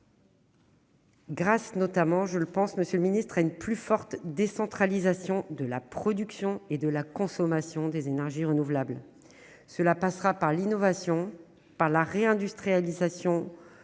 grâce notamment à une plus forte décentralisation de la production et de la consommation des énergies renouvelables. Cela passera par l'innovation et la réindustrialisation,